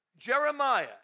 Jeremiah